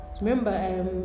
remember